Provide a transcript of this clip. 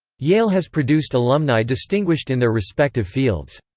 yale has produced alumni distinguished in their respective fields.